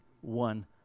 one